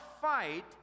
fight